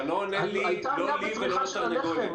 הייתה עליה בצריכת הלחם,